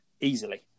easily